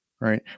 right